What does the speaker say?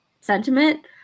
sentiment